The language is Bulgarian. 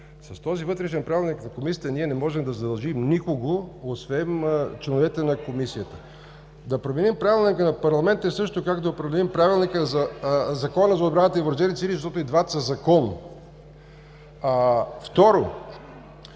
С този вътрешен Правилник на Комисията ние не можем да задължим никого, освен членовете на Комисията. Да променим Правилника на парламента е също както да променим Закона за отбраната и Въоръжените сили, защото и двата са закон. Второ,